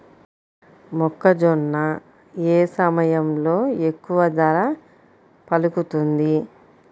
మొక్కజొన్న ఏ సమయంలో ఎక్కువ ధర పలుకుతుంది?